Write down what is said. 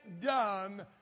done